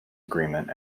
agreement